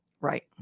right